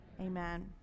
Amen